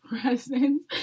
presence